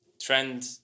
trend